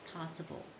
possible